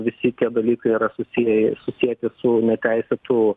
visi tie dalykai yra susiję ir susieti su neteisėtų